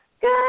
Good